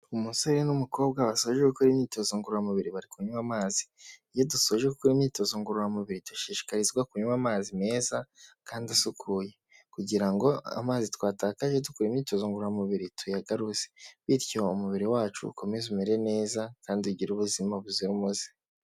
Umusore n'umukobwa basoje gukora imyitozo ngororamubiri bari kunywa amazi. Iyo dusoje gukora imyitozo ngororamubiri dushishikarizwa kunywa amazi meza kandi asukuye, kugira ngo amazi twatakaje dukora imyitozo ngoramubiri tuyagaruze, bityo umubiri wacu ukomeze umere neza kandi ugire ubuzima buzira umuze.